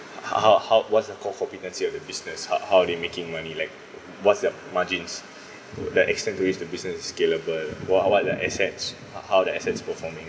how how what's the core competency of the business how how they making money like what's their margins the extend to this the business is scalable what what are the assets how how the assets performing